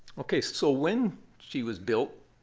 ok, so when she was built,